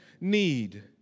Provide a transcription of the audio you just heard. need